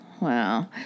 Wow